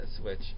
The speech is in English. switch